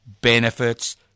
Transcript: benefits